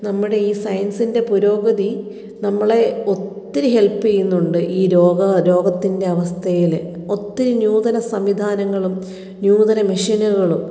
നമ്മുടെ ഈ സയൻസിൻ്റെ പുരോഗതി നമ്മളെ ഒത്തിരി ഹെൽപ് ചെയ്യുന്നുണ്ട് ഈ രോഗ രോഗത്തിൻ്റെ അവസ്ഥയിൽ ഒത്തിരി ന്യുതന സംവിധാനങ്ങളും ന്യുതന മഷീനുകളും